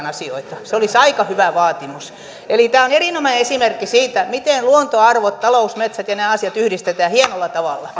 asioita se olisi aika hyvä vaatimus eli tämä on erinomainen esimerkki siitä miten luontoarvot talousmetsät ja nämä asiat yhdistetään hienolla tavalla